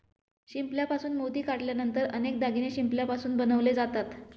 शिंपल्यापासून मोती काढल्यानंतर अनेक दागिने शिंपल्यापासून बनवले जातात